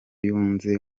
yunze